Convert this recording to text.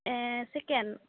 A second